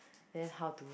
then how to